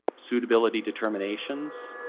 suitability determinations,